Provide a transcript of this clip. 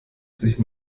sich